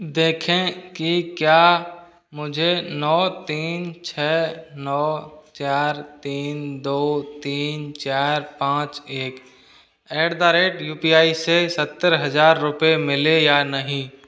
देखें कि क्या मुझे नौ तीन छः नौ चार तीन दो तीन चार पाँच एक at the rate U P I से सत्तर हज़ार रुपये मिले या नहीं